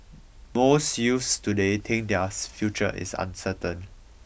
most youths today think theirs future is uncertain